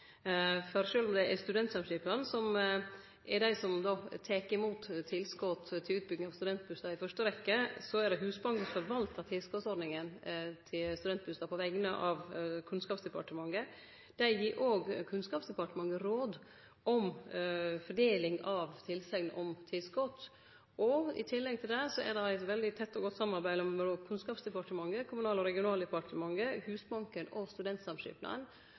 for å sjå på alle forslag som er gode, men det er ikkje slik at det er tette skott mellom dei ulike instansane i dag. Sjølv om det er Studentsamskipnaden som tek imot tilskot til utbygging av studentbustader i fyrste rekkje, er det Husbanken som forvaltar tilskotsordninga til studentbustader på vegner av Kunnskapsdepartementet. Dei gir òg Kunnskapsdepartementet råd om fordeling av tilsegn om tilskot. I tillegg er det eit veldig tett og godt samarbeid mellom Kunnskapsdepartementet, Kommunal- og